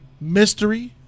Mystery